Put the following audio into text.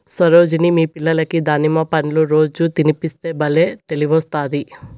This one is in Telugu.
సరోజిని మీ పిల్లలకి దానిమ్మ పండ్లు రోజూ తినిపిస్తే బల్లే తెలివొస్తాది